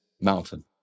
mountain